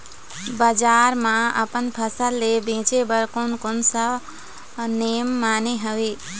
बजार मा अपन फसल ले बेचे बार कोन कौन सा नेम माने हवे?